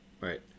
Right